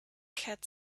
cat